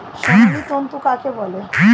সোনালী তন্তু কাকে বলে?